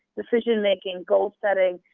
decision making, goal setting,